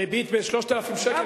הריבית ב-3,000 שקל,